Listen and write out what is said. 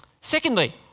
Secondly